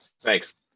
Thanks